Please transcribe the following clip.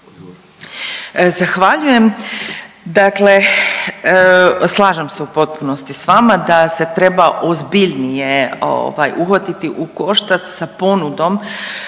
Zahvaljujem. Dakle, slažem se u potpunosti s vama da se treba ozbiljnije ovaj uhvatiti u koštac sa ponudom